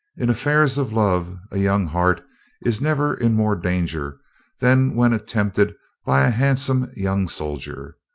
in affairs of love, a young heart is never in more danger than when attempted by a handsome young soldier.